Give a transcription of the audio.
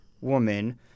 woman